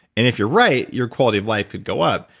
and if you're right, your quality of life could go up,